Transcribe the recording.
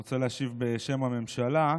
אני רוצה להשיב בשם הממשלה.